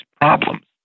problems